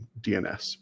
DNS